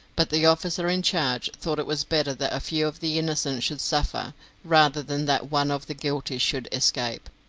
but the officer in charge thought it was better that a few of the innocent should suffer rather than that one of the guilty should escape,